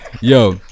Yo